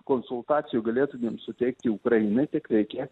konsultacijų galėtų suteikti ukrainai tik reikia